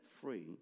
free